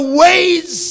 ways